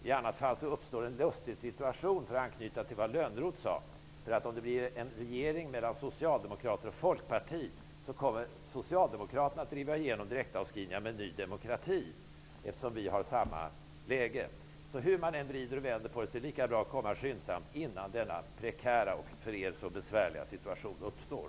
I annat fall uppstår en lustig situation för att anknyta till vad Lönnroth sade. Om det blir en regering mellan Socialdemokraterna att driva igenom direktavskrivningar med stöd av Ny demokrati. Hur man än vrider och vänder på det är det lika bra att komma skyndsamt innan denna prekära och för er så besvärliga situation uppstår.